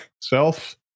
Self